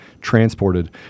transported